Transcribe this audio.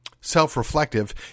self-reflective